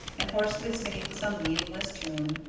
and hoarsely singing some meaningless tune.